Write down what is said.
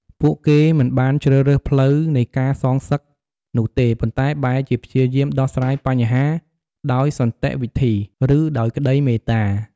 ពួកគេមិនបានជ្រើសរើសផ្លូវនៃការសងសឹកនោះទេ ប៉ុន្តែបែរជាព្យាយាមដោះស្រាយបញ្ហាដោយសន្តិវិធី ឬដោយក្តីមេត្តា។